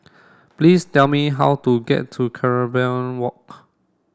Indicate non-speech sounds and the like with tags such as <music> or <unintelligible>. please tell me how to get to <unintelligible> Walk